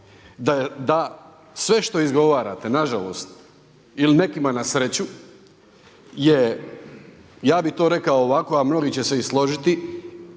da sve što izgovarate nažalost ili nekim na sreću je ja bi to rekao ovako a mnogi će se i složiti